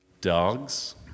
Dogs